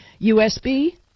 USB